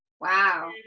Wow